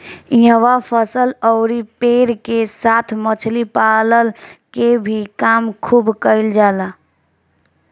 इहवा फसल अउरी पेड़ के साथ मछली पालन के भी काम खुब कईल जाला